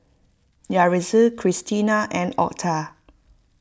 Yaretzi Cristina and Otha